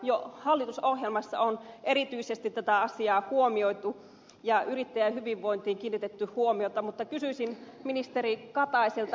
jo hallitusohjelmassa on erityisesti tätä asiaa huomioitu ja yrittäjien hyvinvointiin kiinnitetty huomiota mutta kysyisin ministeri kataiselta